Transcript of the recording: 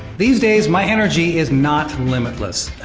these days, my energy is not limitless.